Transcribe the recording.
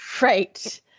right